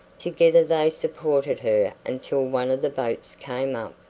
together they supported her until one of the boats came up,